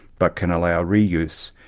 but can allow reuse,